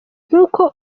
nk’uko